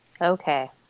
Okay